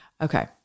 Okay